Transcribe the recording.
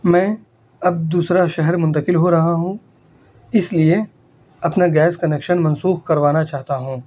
میں اب دوسرا شہر منتقل ہو رہا ہوں اس لیے اپنا گیس کنیکشن منسوخ کروانا چاہتا ہوں